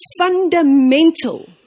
fundamental